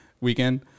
weekend